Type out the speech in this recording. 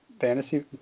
fantasy